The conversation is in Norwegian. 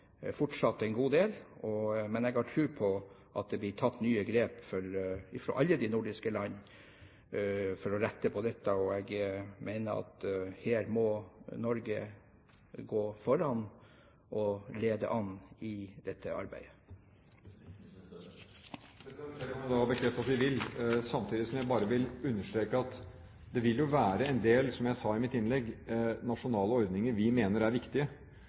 fortsatt en god del, men jeg har tro på at det blir tatt nye grep fra alle de nordiske land for å rette på dette. Og jeg mener at Norge må gå foran og lede an i dette arbeidet. Det kan jeg bekrefte at vi vil. Samtidig vil jeg understreke, som jeg sa i mitt innlegg, at det vil være en del nasjonale ordninger vi mener er viktige, hvor vi faktisk må tåle at det kan ses på som en hindring. Det er